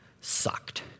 sucked